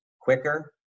quicker